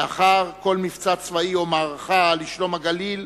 לאחר כל מבצע צבאי או מערכה לשלום הגליל,